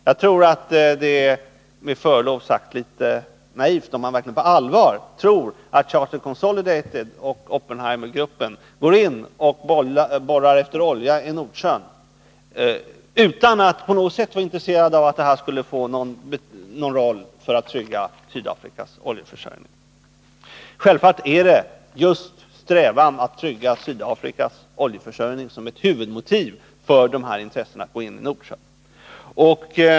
Jag tror att det med förlov sagt är litet naivt, om man verkligen på allvar tror att Charter Consolidated och Oppenheimergruppen går in och borrar efter olja i Nordsjön utan att på något sätt vara intresserade av att det skulle få någon roll när det gäller att trygga Sydafrikas oljeförsörjning. Självfallet är det just strävan att trygga Sydafrikas oljeförsörjning som är huvudmotivet för dessa intressen att gå in i Nordsjön.